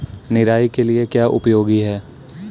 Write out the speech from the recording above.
निराई के लिए क्या उपयोगी है?